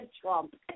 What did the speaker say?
Trump